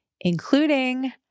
including